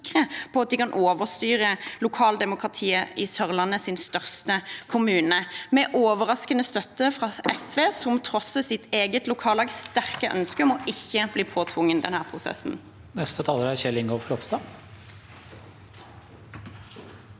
på at de kan overstyre lokaldemokratiet i Sørlandets største kommune – med overraskende støtte fra SV, som trosser sitt eget lokallags sterke ønske om ikke å bli påtvunget denne prosessen.